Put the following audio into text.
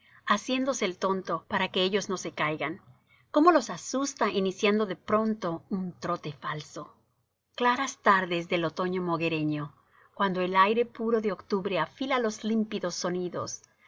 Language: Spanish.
haciéndose el tonto para que ellos no se caigan cómo los asusta iniciando de pronto un trote falso tb claras tardes del otoño moguereño cuando el aire puro de octubre afila los límpidos sonidos